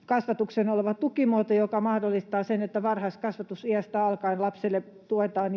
varhaiskasvatukseen oleva tukimuoto, joka mahdollistaa sen, että jo varhaiskasvatusiästä alkaen lasta tuetaan